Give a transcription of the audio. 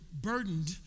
burdened